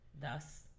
thus